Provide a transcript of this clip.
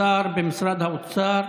השר במשרד האוצר,